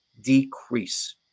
decrease